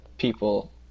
people